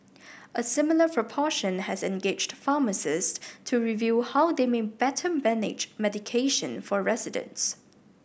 a similar proportion has engaged pharmacists to review how they may better manage medication for residents